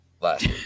last